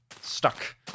stuck